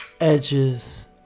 Edges